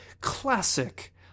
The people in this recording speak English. classic